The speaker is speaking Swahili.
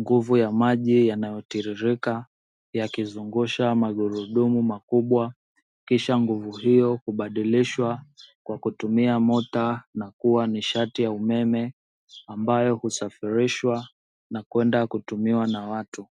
nguvu ya maji yanayo tiririka. Yakizungusha magurudumu makubwa kisha nguvu hiyo hubadilishwa kwa kutumia mota na kuwa nishati ya umeme. Ambayo husafirishwa na kwenda kutumiwa na watu.